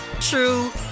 true